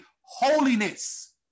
holiness